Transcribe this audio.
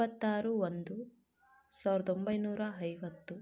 ಇಪ್ಪತ್ತಾರು ಒಂದು ಸಾವಿರದ ಒಂಬೈನೂರ ಐವತ್ತು